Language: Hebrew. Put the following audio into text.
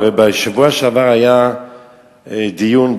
בשבוע שעבר היה דיון,